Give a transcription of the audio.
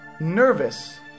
nervous